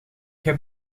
heb